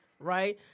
Right